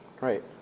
Right